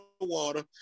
water